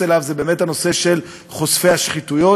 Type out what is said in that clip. אליו זה באמת הנושא של חושפי שחיתויות.